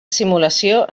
simulació